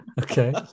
okay